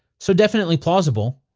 so definitely plausible.